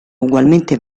ugualmente